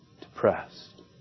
depressed